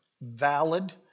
valid